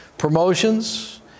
Promotions